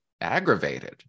aggravated